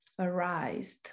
arised